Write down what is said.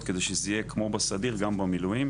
כדי שזה יהיה כמו בסדיר וגם במילואים.